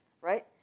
Right